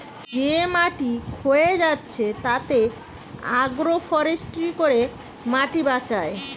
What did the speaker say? যে মাটি ক্ষয়ে যাচ্ছে তাতে আগ্রো ফরেষ্ট্রী করে মাটি বাঁচায়